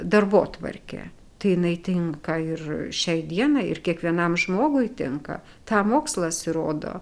darbotvarkė tai jinai tinka ir šiai dienai ir kiekvienam žmogui tinka tą mokslas įrodo